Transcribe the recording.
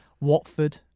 Watford